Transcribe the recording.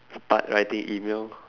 start writing email